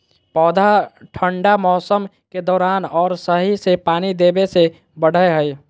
पौधा ठंढा मौसम के दौरान और सही से पानी देबे से बढ़य हइ